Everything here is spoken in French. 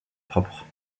propre